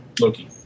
Loki